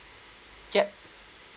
yup